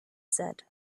said